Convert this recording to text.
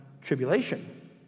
tribulation